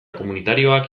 komunitarioak